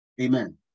Amen